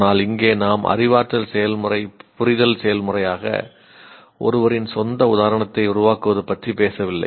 ஆனால் இங்கே நாம் அறிவாற்றல் செயல்முறை 'புரிதல்' செயல்முறையாக ஒருவரின் சொந்த உதாரணத்தை உருவாக்குவது பற்றி பேசவில்லை